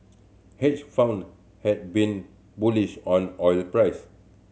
hedge fund had been bullish on oil price